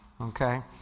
okay